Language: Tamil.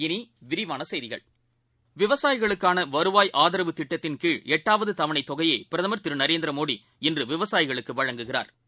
இனிவிரிவானசெய்திகள் விவசாயிகளுக்கானவருவாய் ஆதரவு திட்டத்தின்கீழ்ளட்டாவதுதவணைத் தொகையை பிரதம் திரு நரேந்திரமோடி இன்றுவிவசாயிகளுக்குவழங்குகிறாா்